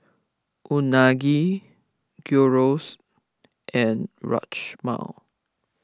Unagi Gyros and Rajma